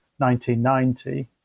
1990